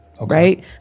right